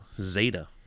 Zeta